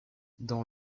dans